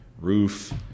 roof